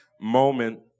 moment